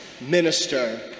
minister